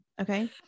Okay